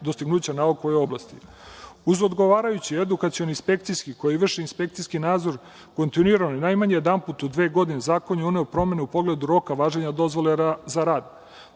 dostignuća nauke u ovoj oblasti. Uz odgovarajući edukacioni inspekcijski koji vrši inspekcijski nadzor kontinuirano najmanje jedanput u dve godine zakon je uneo promene u pogledu roka važenja dozvole za rad.